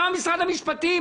למה משרד המשפטים